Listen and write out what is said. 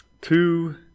two